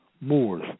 Moors